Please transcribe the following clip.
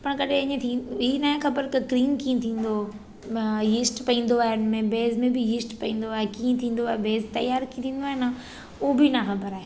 पर कॾहिं इअं थी ई नाहे ख़बर त क्रिम कीअं थींदो इश्ट पवंदो आहे हिन में बेस में बि इश्ट पवंदो आहे कीअं थींदो आहे बेस तयार थींदो आहे न उहो बि न ख़बर आहे